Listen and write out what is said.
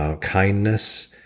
kindness